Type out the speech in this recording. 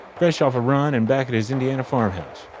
fresh off a run and back at his indiana farmhouse.